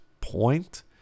point